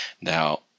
Now